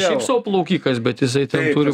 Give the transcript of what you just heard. šiaip sau plaukikas bet jisai turi